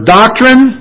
doctrine